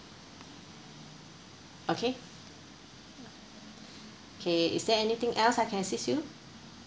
okay K is there anything else I can assist you